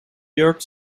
jurk